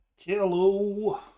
Hello